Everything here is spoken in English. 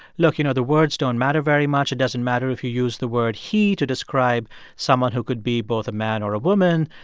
look, you know, the words don't matter very much. it doesn't matter if you use the word he to describe someone who could be both a man or a woman.